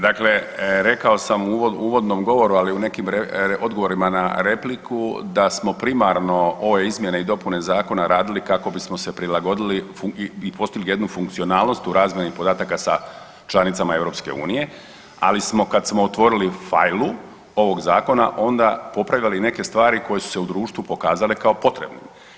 Dakle, rekao sam u uvodnom govoru, ali u nekim odgovorim na repliku da smo primarno ove izmjene i dopune zakona radili kako bismo se prilagodili i postigli jednu funkcionalnost u razmjeni podataka sa članicama EU, ali smo kad smo otvorili failu ovog zakona onda popravljali neke stvari koje su se u društvu pokazale kao potrebne.